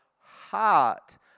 heart